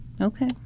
Okay